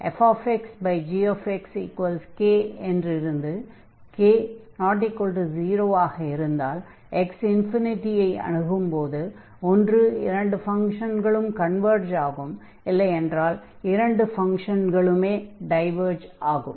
fxgx k என்று இருந்து k≠0 ஆக இருந்தால் x ∞ ஐ அணுகும் போது ஒன்று இரண்டு ஃபங்ஷன்களும் கன்வர்ஜ் ஆகும் இல்லையென்றால் இரண்டு ஃபங்ஷன்களுமே டைவர்ஜ் ஆகும்